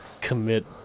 Commit